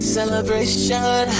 Celebration